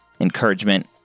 encouragement